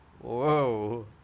Whoa